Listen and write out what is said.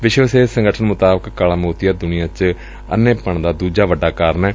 ਵਿਸ਼ਵ ਸਿਹਤ ਸੰਗਠਨ ਮੁਤਾਬਿਕ ਕਾਲਾ ਮੋਤੀਆ ਦੁਨੀਆਂ ਚ ਅੰਨੇਪਣ ਦਾ ਦੁਜਾ ਵੱਡਾ ਕਾਰਨ ਏ